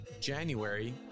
january